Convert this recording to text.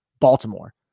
Baltimore